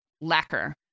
lacquer